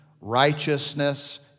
righteousness